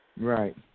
Right